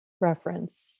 reference